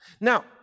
Now